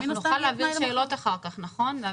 אלכס, אנחנו נוכל להעביר שאלות אחר כך, נכון?